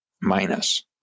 minus